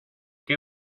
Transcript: qué